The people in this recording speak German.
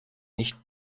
nicht